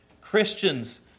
Christians